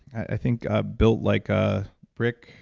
i think, ah built like a brick,